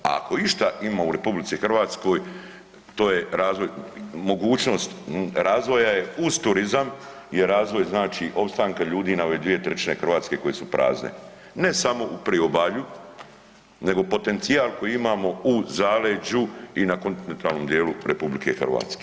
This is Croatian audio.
A ako išta ima u RH to je razvoj, mogućnost razvoja uz turizma je razvoj znači opstanka ljudi na ove dvije trećine Hrvatske koje su prazne, ne samo u priobalju nego potencijal koji imamo u zaleđu i na kontinentalnom dijelu RH.